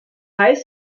high